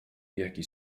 jaki